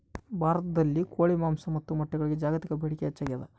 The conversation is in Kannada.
ಭಾರತದಲ್ಲಿ ಕೋಳಿ ಮಾಂಸ ಮತ್ತು ಮೊಟ್ಟೆಗಳಿಗೆ ಜಾಗತಿಕ ಬೇಡಿಕೆ ಹೆಚ್ಚಾಗ್ಯಾದ